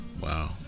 Wow